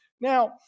Now